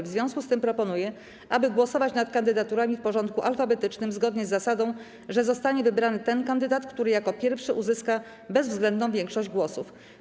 W związku z tym proponuję, aby głosować nad kandydaturami w porządku alfabetycznym, zgodnie z zasadą, że zostanie wybrany ten kandydat, który jako pierwszy uzyska bezwzględną większość głosów.